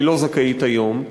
שהיא לא זכאית היום,